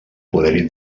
poder